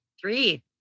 three